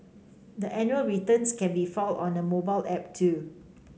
the annual returns can be filed on a mobile app too